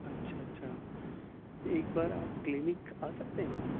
اچھا اچھا ایک بار آپ کلینک آ سکتے ہیں